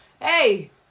Hey